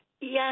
Yes